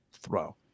throw